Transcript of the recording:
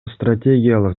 стратегиялык